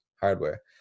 hardware